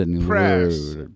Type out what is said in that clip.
Press